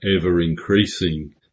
ever-increasing